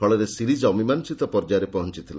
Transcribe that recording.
ଫଳରେ ସିରିଜ୍ ଅମୀମାଂଶିତ ପର୍ଯ୍ୟାୟରେ ପହଞ୍ଥିଲା